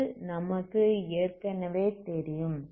இது நமக்கு ஏற்கனவே தெரியும்